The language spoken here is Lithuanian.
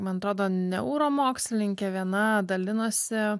man atrodo neuromokslininkė viena dalinosi